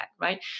right